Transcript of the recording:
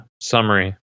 summary